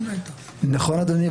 נכון, אדוני.